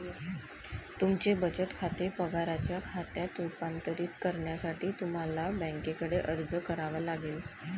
तुमचे बचत खाते पगाराच्या खात्यात रूपांतरित करण्यासाठी तुम्हाला बँकेकडे अर्ज करावा लागेल